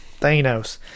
Thanos